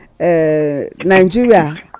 Nigeria